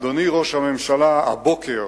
אדוני ראש הממשלה, הבוקר